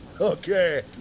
Okay